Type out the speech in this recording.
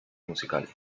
musical